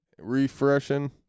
Refreshing